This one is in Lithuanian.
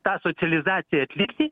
tą socializaciją atlikti